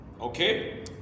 Okay